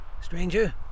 stranger